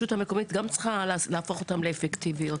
הרשות המקומית גם צריכה להפוך אותן לאפקטיביות.